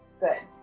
good.